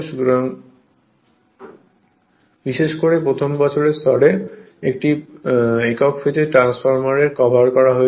সুতরাং বিশেষ করে প্রথম বছরে স্তরে একটি একক ফেজ ট্রান্সফরমার কভার করা হয়েছে